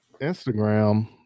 Instagram